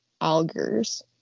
Algers